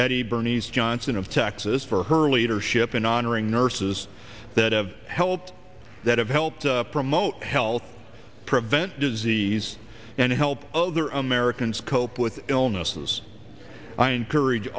eddie bernice johnson of texas for her leadership in honoring nurses that have helped that have helped promote health prevent disease and help other americans cope with illnesses i encourage